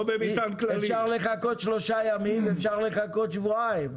אפשר לחכות שלושה ימים ואפשר לחכות שבועיים.